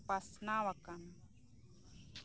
ᱯᱟᱥᱱᱟᱣ ᱟᱠᱟᱱ